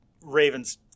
Raven's